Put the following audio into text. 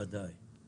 ודאי.